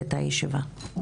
הישיבה ננעלה בשעה